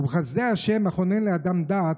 ובחסדי ה' החונן לאדם דעת,